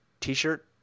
T-shirt